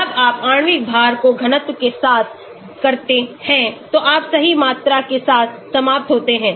जब आप आणविक भार को घनत्व के साथ करते हैं तो आप सही मात्रा के साथ समाप्त होते हैं